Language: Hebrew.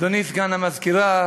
אדוני סגן המזכירה,